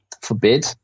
forbid